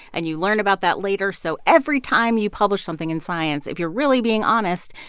and you learn about that later. so every time you publish something in science, if you're really being honest,